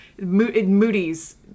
Moody's